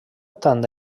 tant